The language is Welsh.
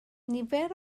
nifer